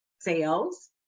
sales